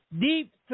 deep